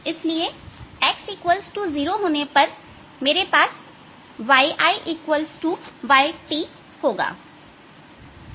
इसलिए x0 होने पर मेरे पास yI yT होगा